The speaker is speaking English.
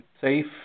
safe